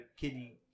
kidney